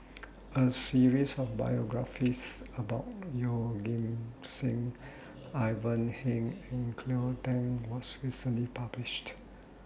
A series of biographies about Yeoh Ghim Seng Ivan Heng and Cleo Thang was recently published